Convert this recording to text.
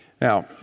Now